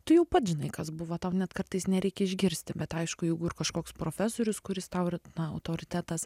tu jau pats žinai kas buvo tau net kartais nereikia išgirsti bet aišku jeigu ir kažkoks profesorius kuris tau ir na autoritetas